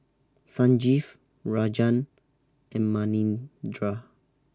Sanjeev Rajan and Manindra